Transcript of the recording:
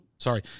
Sorry